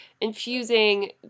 infusing